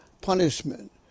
punishment